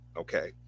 Okay